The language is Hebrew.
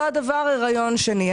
אותו הדבר בהיריון השני שלי.